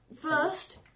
first